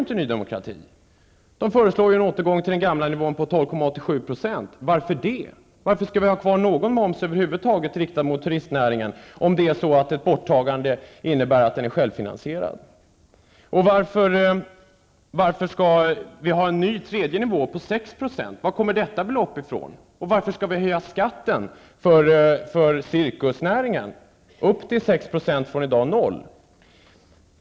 Man föreslår i stället en återgång till den gamla nivån 12,87 %. Varför det? Varför skall vi över huvud taget ha kvar någon moms på turistnäringen, om ett borttagande skulle vara självfinansierande? Och varför skall vi ha en ny tredje nivå på 6 %? Varifrån kommer denna siffra, och varför skall vi höja skatten för cirkusnäringen från 0 % till 6 %?